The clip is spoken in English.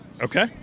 Okay